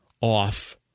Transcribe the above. off